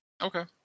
Okay